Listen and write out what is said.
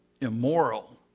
immoral